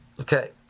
Okay